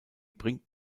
bringt